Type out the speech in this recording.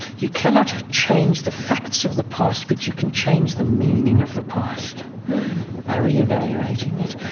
you cannot change the facts of the past, but you can change the meaning of the past by re-evaluating it.